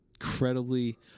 incredibly